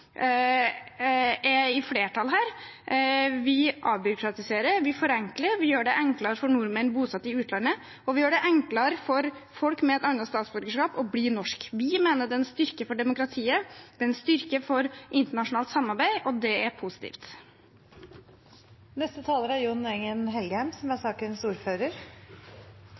enklere for nordmenn bosatt i utlandet, og vi gjør det enklere for folk med et annet statsborgerskap å bli norsk. Vi mener det er en styrke for demokratiet, det er en styrke for internasjonalt samarbeid – og det er positivt. Det er interessant at andre partier, som